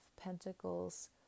Pentacles